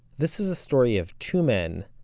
this is a story of two men,